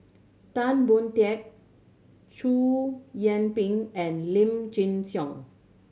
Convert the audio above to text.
Tan Boon Teik Chow Yian Ping and Lim Chin Siong